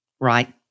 right